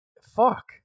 fuck